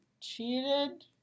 cheated